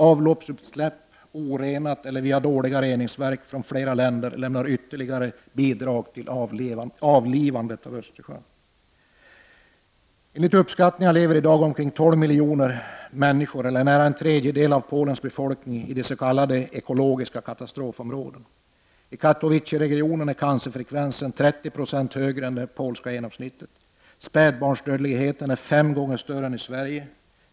Avloppsutsläpp — orenade eller via dåliga reningsverk — från flera länder lämnar ytterligare bidrag till avlivandet av Östersjön. Enligt uppskattningar lever i dag omkring tolv miljoner människor eller nära en tredjedel av Polens befolkning i s.k. ekologiska katastrofområden. I Katowiceregionen är cancerfrekvensen 30 20 högre än det polska genomsnittet. Spädbarnsdödligheten är fem gånger större än i Sverige.